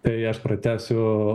tai aš pratęsiu